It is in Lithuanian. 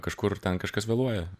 kažkur ten kažkas vėluoja